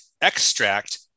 extract